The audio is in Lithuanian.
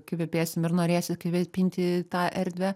kvepėsim ir norėsis kvėpinti tą erdvę